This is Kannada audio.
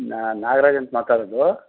ನಾ ನಾಗರಾಜ್ ಅಂತ ಮಾತಾಡೋದು